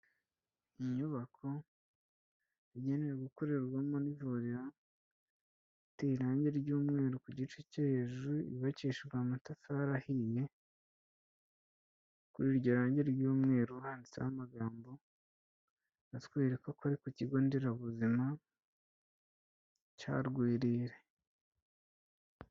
Inyubako yagenewe gukorerwamo n'ivuriro, iteye irangi ry'umweru ku gice cyo hejuru, yubakishijwe amatafari ahiye, kuri iryo rangi ry'umweru, handitseho amagambo atwereka ko ari ku kigo nderabuzima cya Rwerere.